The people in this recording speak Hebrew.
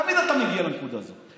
תמיד אתה מגיע לנקודה הזאת.